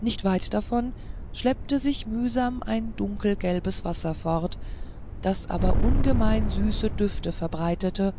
nicht weit davon schleppte sich mühsam ein dunkelgelbes wasser fort das aber ungemein süße düfte verbreitete